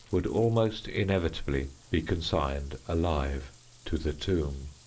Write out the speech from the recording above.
would almost inevitably be consigned alive to the tomb.